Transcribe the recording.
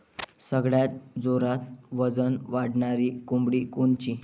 सगळ्यात जोरात वजन वाढणारी कोंबडी कोनची?